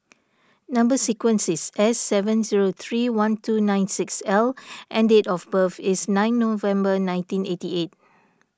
Number Sequence is S seven zero three one two nine six L and date of birth is nine November nineteen eighty eight